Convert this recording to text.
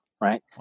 Right